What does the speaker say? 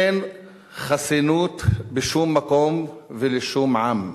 אין חסינות בשום מקום, ולשום עם.